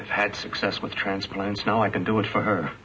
i've had success with transplants now i can do it for her